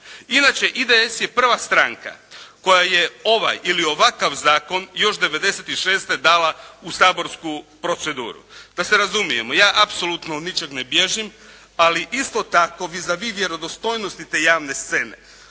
Inače IDS je prva stranka koja je ovaj ili ovakav zakon još 96. dala u saborsku proceduru. Da se razumijemo, ja apsolutno od ničeg ne bježim, ali isto tako vis a vis vjerodostojnosti te javne scene